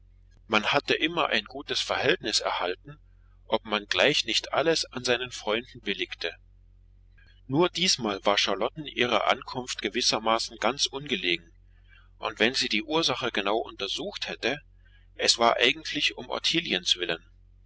man hatte immer ein gutes verhältnis erhalten ob man gleich nicht alles an seinen freunden billigte nur diesmal war charlotten ihre ankunft gewissermaßen ganz ungelegen und wenn sie die ursache genau untersucht hätte es war eigentlich um ottiliens willen